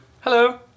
hello